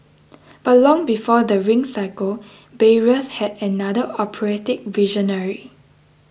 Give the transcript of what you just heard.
but long before the Ring Cycle Bayreuth had another operatic visionary